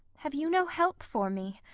have you no help for me?